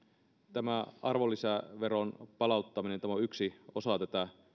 tämä arvonlisäveron palauttaminen on yksi osa tätä